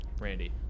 Randy